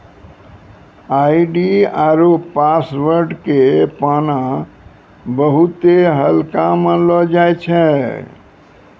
ID आरु password के पाना बहुते हल्का मानलौ जाय छै